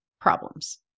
problems